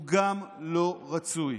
הוא גם לא רצוי.